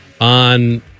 on